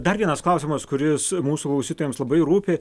dar vienas klausimas kuris mūsų klausytojams labai rūpi